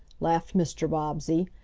laughed mr. bobbsey.